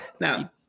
Now